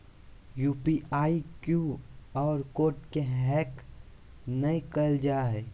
UPI, Q R code के hack नयय करल जा हइ